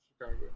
Chicago